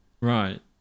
Right